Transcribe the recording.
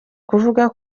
kuvuga